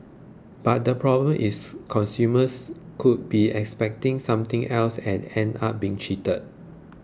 but the problem is consumers could be expecting something else and end up being cheated